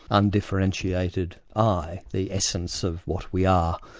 undifferentiated i, the essence of what we are,